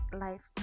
life